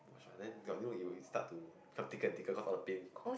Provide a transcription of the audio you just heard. wah ah then your you know you will start to become thicker and thicker cause all the paint